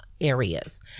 areas